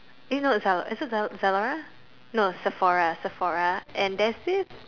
eh not Zalo~ is it Zalo~ Zalora no Sephora Sephora and there's this